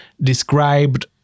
described